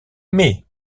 mais